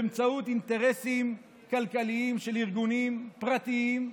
באמצעות אינטרסים כלכליים של ארגונים פרטיים,